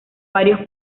varios